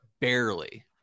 barely